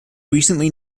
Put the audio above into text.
recently